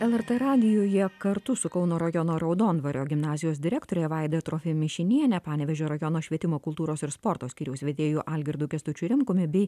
lrt radijuje kartu su kauno rajono raudondvario gimnazijos direktore vaida trofimišiniene panevėžio rajono švietimo kultūros ir sporto skyriaus vedėju algirdu kęstučiu rimkumi bei